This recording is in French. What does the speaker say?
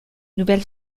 nouvelle